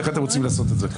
איך אתם רוצים לעשות את זה?